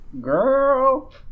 girl